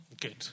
Good